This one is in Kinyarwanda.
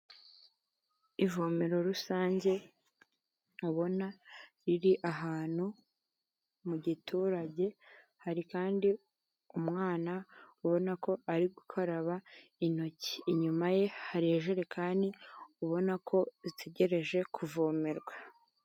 Ivomero rusange mubona, riri ahantu mu giturage, hari kandi umwana ubona ko ari gukaraba intoki. Inyuma ye hari ijerekani ubona ko itegereje kuvomerwa.